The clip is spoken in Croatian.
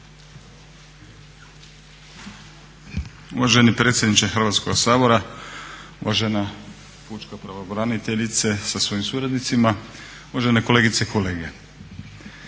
Uvaženi predsjedniče Hrvatskoga sabora, uvažena pučka pravobraniteljice sa svojim suradnicima, uvažene kolegice i kolege.